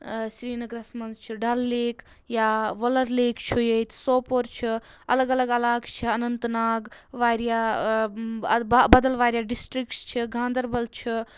سِریٖنَگرَس منٛز چھِ ڈَل لَیک یا وَلَر لَیک چھُ ییٚتہِ سوپور چھُ الگ الگ علاقعہٕ چھِ اَنَنت ناگ واریاہ بدَل واریاہ ڈِسٹرکس چھِ گاندَربَل چھُ